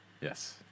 Yes